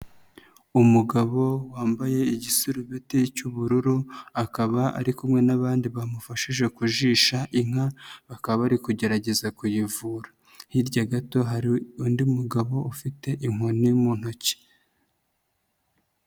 Umugabo wambaye igiserubeti cy'ubururu, akaba ari kumwe n'abandi bamufashije kujisha inka, bakaba bari kugerageza kuyivura. Hirya gato hari undi mugabo ufite inkoni mu ntoki.